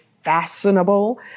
fashionable